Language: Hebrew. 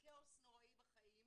כאוס נוראי בחיים,